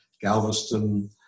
Galveston